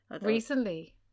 Recently